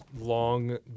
long